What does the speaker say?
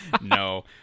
no